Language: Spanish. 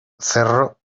cerro